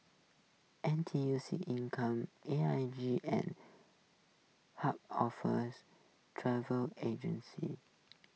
N T U C income A I G and Chubb offers travel agency